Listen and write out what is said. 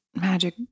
magic